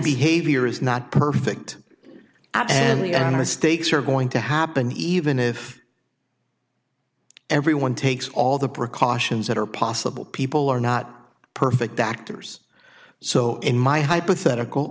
behavior is not perfect and the owner stakes are going to happen even if everyone takes all the precautions that are possible people are not perfect actors so in my hypothetical